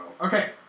Okay